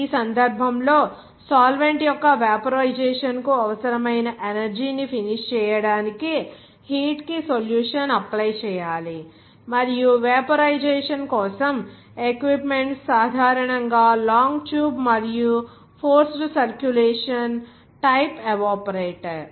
ఈ సందర్భంలో సాల్వెంట్ యొక్క వేపోరైజేషన్ కు అవసరమైన ఎనర్జీ ని ఫినిష్ చేయడానికి హీట్ కి సొల్యూషన్ అప్లై చేయాలి మరియు వేపోరైజేషన్ కోసం ఎక్విప్మెంట్స్ సాధారణంగా లాంగ్ ట్యూబ్ మరియు ఫోర్స్డ్ సర్క్యులేషన్ టైప్ ఎవాపోరేటర్